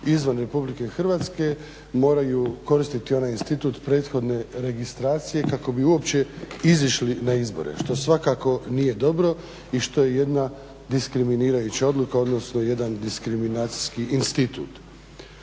izvan RH moraju koristiti onaj institut prethodne registracije kako bi uopće izašli na izbore što svakako nije dobro i što je jedna diskriminirajuća odluka odnosno jedan diskriminacijski institut.